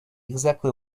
exactly